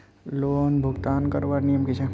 Loan भुगतान करवार नियम की छे?